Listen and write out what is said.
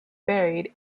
buried